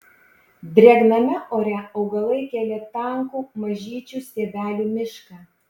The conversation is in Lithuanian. drėgname ore augalai kėlė tankų mažyčių stiebelių mišką